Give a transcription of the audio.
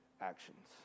actions